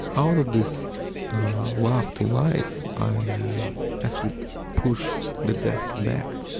out of this love to life, i actually pushed the death back.